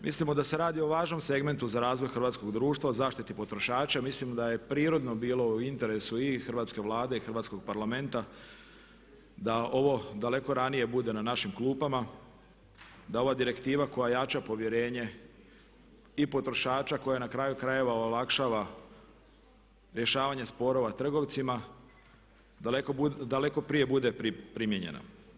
Mislimo da se radi o važnom segmentu za razvoj hrvatskog društva, o zaštiti potrošača i mislimo da je prirodno bilo u interesu i Hrvatske vlade i Hrvatskog parlamenta da ovo daleko ranije bude na našim klupama, da ova direktiva koja jača povjerenje i potrošača, koja na kraju krajeva olakšava rješavanje sporova trgovcima daleko prije bude primijenjena.